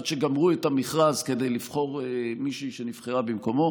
עד שגמרו את המכרז כדי לבחור מישהי שנבחרה במקומו.